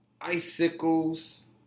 icicles